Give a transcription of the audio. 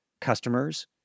customers